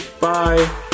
bye